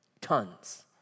Tons